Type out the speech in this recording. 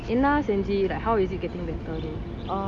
என்ன செஞ்சி:enna senji like how is it getting better